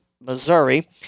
Missouri